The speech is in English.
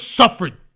suffered